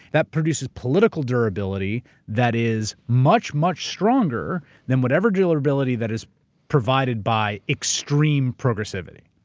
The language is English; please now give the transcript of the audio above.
that produces political durability that is much, much stronger than whatever durability that is provided by extreme progressivity.